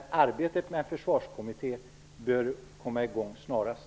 Arbetet med en försvarskommitté bör komma i gång snarast.